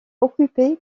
occupé